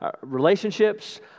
relationships